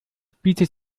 bietet